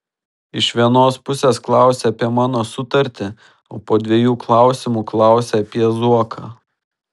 iš vienos pusės klausi apie mano sutartį o po dviejų klausimų klausi apie zuoką